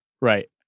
Right